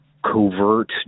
covert